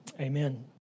Amen